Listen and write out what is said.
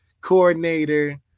coordinator